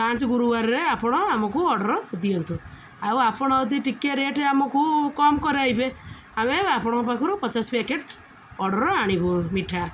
ପାଞ୍ଚ ଗୁରୁବାରରେ ଆପଣ ଆମକୁ ଅର୍ଡର୍ ଦିଅନ୍ତୁ ଆଉ ଆପଣ ଯଦି ଟିକେ ରେଟ୍ ଆମକୁ କମ୍ କରିବେ ଆମେ ଆପଣଙ୍କ ପାଖରୁ ପଚାଶ ପ୍ୟାକେଟ୍ ଅର୍ଡର୍ ଆଣିବୁ ମିଠା